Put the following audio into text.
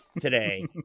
today